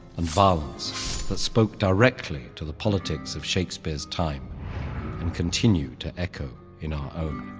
and violence that spoke directly to the politics of shakespeare's time and continue to echo in our own.